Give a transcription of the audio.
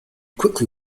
quickly